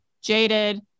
jaded